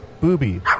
Booby